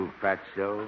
fatso